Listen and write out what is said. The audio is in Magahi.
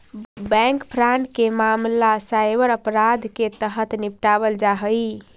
बैंक फ्रॉड के मामला साइबर अपराध के तहत निपटावल जा हइ